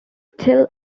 still